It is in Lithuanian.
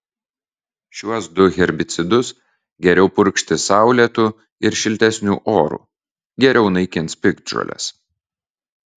šiuos du herbicidus geriau purkšti saulėtu ir šiltesniu oru geriau naikins piktžoles